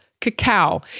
cacao